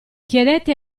chiedete